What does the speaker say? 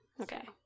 okay